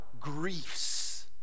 griefs